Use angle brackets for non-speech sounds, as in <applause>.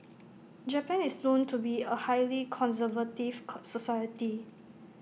Japan is known to be A highly conservative <unintelligible> society